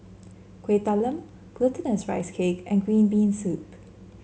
Kueh Talam Glutinous Rice Cake and Green Bean Soup